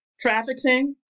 Trafficking